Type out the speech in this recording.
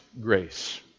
grace